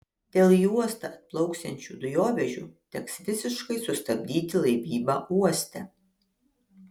dėl į uostą atplauksiančių dujovežių teks visiškai sustabdyti laivybą uoste